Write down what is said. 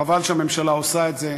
חבל שהממשלה עושה את זה.